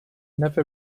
never